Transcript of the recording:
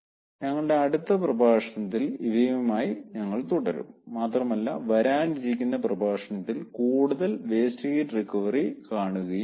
ഞങ്ങളുടെ അടുത്ത പ്രഭാഷണത്തിൽ ഇവയുമായി ഞങ്ങൾ തുടരും മാത്രമല്ല വരാനിരിക്കുന്ന പ്രഭാഷണത്തിൽ കൂടുതൽ വേസ്റ്റ് ഹീറ്റ് റിക്കവറി കാണുകയും ചെയ്യും